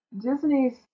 Disney's